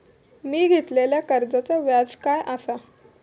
मी घेतलाल्या कर्जाचा व्याज काय आसा?